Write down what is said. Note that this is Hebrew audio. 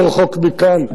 לא רחוק מכאן,